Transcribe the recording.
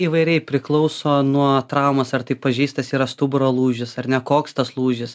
įvairiai priklauso nuo traumos ar tai pažeistas yra stuburo lūžis ar ne koks tas lūžis